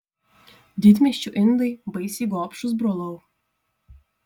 didmiesčių indai baisiai gobšūs brolau